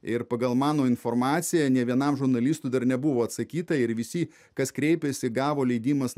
ir pagal mano informaciją nė vienam žurnalistui dar nebuvo atsakyta ir visi kas kreipėsi gavo leidimą